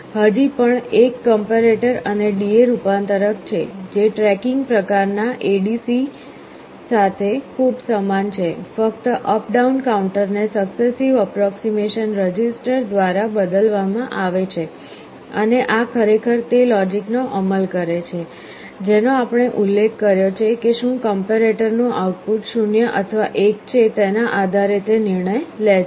હજી પણ એક કંપેરટર અને DA રૂપાંતરક છે જે ટ્રેકિંગ પ્રકાર ના ADC સાથે ખૂબ સમાન છે ફક્ત અપ ડાઉન કાઉન્ટરને સક્સેસિવ અપ્રોક્સીમેશન રજિસ્ટર દ્વારા બદલવામાં આવે છે અને આ ખરેખર તે લોજીકનો અમલ કરે છે જેનો આપણે ઉલ્લેખ કર્યો છે કે શું કમ્પરેટરનું આઉટપુટ 0 અથવા 1 છે તેના આધારે તે નિર્ણય લે છે